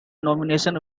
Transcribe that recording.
nomination